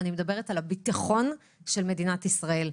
אני מדברת על הביטחון של מדינת ישראל.